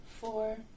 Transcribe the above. four